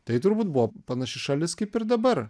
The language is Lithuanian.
tai turbūt buvo panaši šalis kaip ir dabar